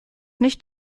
nicht